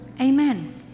Amen